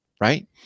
right